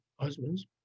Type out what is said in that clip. husbands